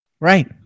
Right